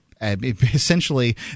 essentially